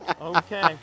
okay